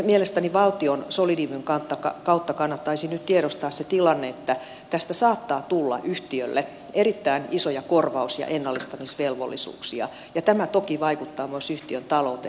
mielestäni valtion solidiumin kautta kannattaisi nyt tiedostaa se tilanne että tästä saattaa tulla yhtiölle erittäin isoja korvaus ja ennallistamisvelvollisuuksia ja tämä toki vaikuttaa myös yhtiön talouteen